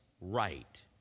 right